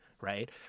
right